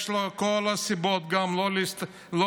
גם לו יש כל הסיבות לא להתהלך,